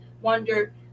wonder